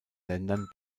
ländern